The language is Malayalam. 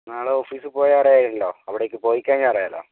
നാളെ ഓഫീസിൽ പോയാൽ അറിയാമല്ലോ അവിടേക്ക് പോയി കഴിഞ്ഞാൽ അറിയാമല്ലോ